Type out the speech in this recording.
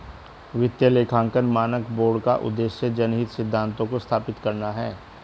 वित्तीय लेखांकन मानक बोर्ड का उद्देश्य जनहित सिद्धांतों को स्थापित करना है